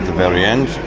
very end,